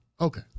okay